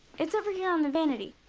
it's over here on the vanity.